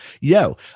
yo